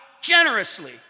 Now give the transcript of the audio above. Generously